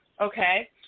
Okay